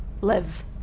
live